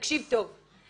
תקשיב טוב,